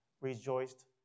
rejoiced